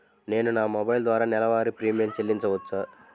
నేను నా మొబైల్ ద్వారా నెలవారీ ప్రీమియం చెల్లించవచ్చా?